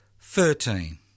thirteen